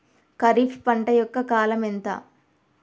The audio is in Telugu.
ఖరీఫ్ పంట యొక్క కాలం ఎంత?